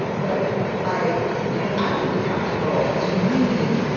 but i yeah i think the practical to me,